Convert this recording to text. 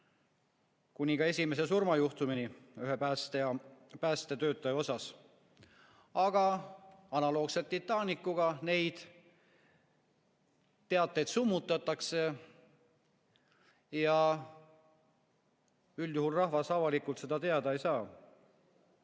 kuni esimese surmajuhtumini ühe päästetöötaja puhul. Aga analoogselt Titanicuga neid teateid summutatakse ja üldjuhul rahvas avalikult seda teada ei saa.